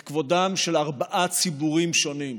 את כבודם של ארבעה ציבורים שונים.